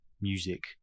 music